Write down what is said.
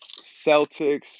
Celtics